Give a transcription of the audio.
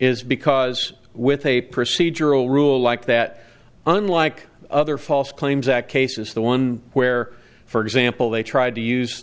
is because with a procedural rule like that unlike other false claims act cases the one where for example they tried to use